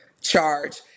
charge